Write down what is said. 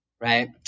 right